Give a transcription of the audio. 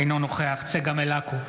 אינו נוכח צגה מלקו,